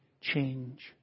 change